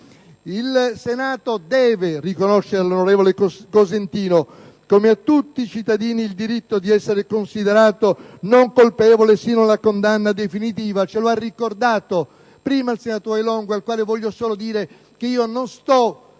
Il Senato deve riconoscere all'onorevole Cosentino, come a tutti i cittadini, il diritto di essere considerato non colpevole fino alla condanna definitiva; ce lo ha ricordato prima il senatore Longo al quale voglio solo dire che non sto